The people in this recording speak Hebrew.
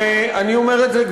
אבל לא נורא, תבלעי את הצפרדע.